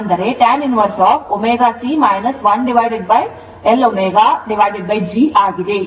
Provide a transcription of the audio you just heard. ಆದ್ದರಿಂದ tan inverse ω C 1l ωG ಆಗಿದೆ